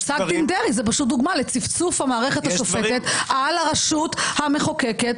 פסק דין דרעי זה פשוט דוגמה לצפצוף המערכת השופטת על הרשות המחוקקת,